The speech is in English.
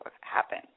happen